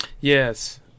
Yes